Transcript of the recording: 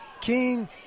King